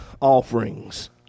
offerings